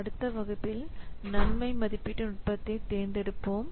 அடுத்த வகுப்பில் செலவு நன்மை மதிப்பீட்டு நுட்பத்தைத் தேர்ந்தெடுப்போம்